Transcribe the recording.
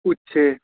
উচ্ছে